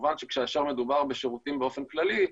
כמובן שכאשר מדובר בשירותים באופן כללי,